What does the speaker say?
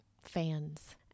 fans